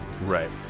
Right